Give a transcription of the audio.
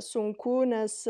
sunku nes